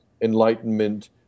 Enlightenment